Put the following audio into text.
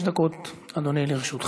חמש דקות לרשותך.